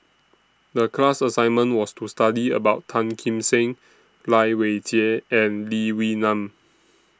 The class assignment was to study about Tan Kim Seng Lai Weijie and Lee Wee Nam